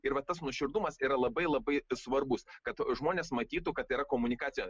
ir va tas nuoširdumas yra labai labai svarbus kad žmonės matytų kad yra komunikacija